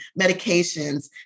medications